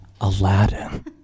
Aladdin